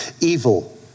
Evil